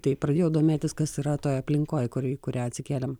tai pradėjau domėtis kas yra toj aplinkoj kurį kurią atsikėlėm